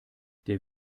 der